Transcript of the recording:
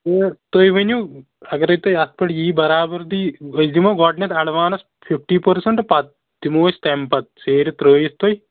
یہِ تُہۍ ؤنِو اَگرَے تۄہہِ اَتھ پٮ۪ٹھ یی برابردی أسۍ دِمو گۄڈٕنٮ۪تھ اٮ۪ڈوانٕس فِفٹی پٔرسنٛٹ پَتہٕ دِمو أسۍ تَمہِ پَتہٕ سیرِ ترٛٲیِتھ تُہۍ